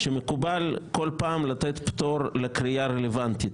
שמקובל כל פעם לתת פטור לקריאה הרלוונטית.